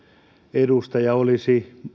edustaja olisi